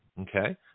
okay